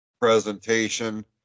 presentation